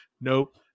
nope